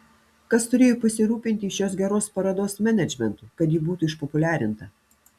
kas turėjo pasirūpinti šios geros parodos menedžmentu kad ji būtų išpopuliarinta